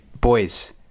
boys